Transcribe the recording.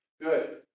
Good